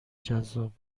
جذاب